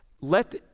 let